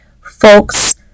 folks